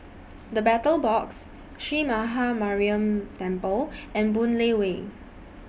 The Battle Box Sree Maha Mariamman Temple and Boon Lay Way